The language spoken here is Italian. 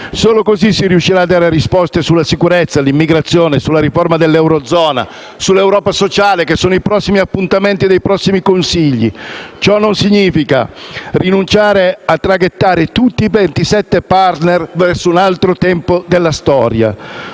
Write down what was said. Solo così si riuscirà a dare risposte sulla sicurezza, sull'immigrazione, sulla riforma dell'eurozona, sull'Europa sociale, che sono i prossimi appuntamenti dei prossimi Consigli. Ciò non significa rinunciare a traghettare tutti i 27 *partner* verso un altro tempo della storia.